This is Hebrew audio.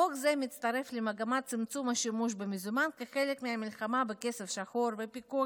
חוק זה מצטרף למגמת צמצום השימוש במזומן כחלק מהמלחמה בכסף שחור והפיקוח